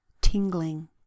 tingling